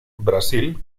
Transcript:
brasil